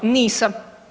Nisam.